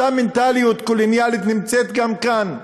אותה מנטליות קולוניאלית נמצאת גם כאן.